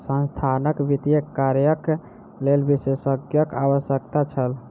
संस्थानक वित्तीय कार्यक लेल विशेषज्ञक आवश्यकता छल